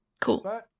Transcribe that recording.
Cool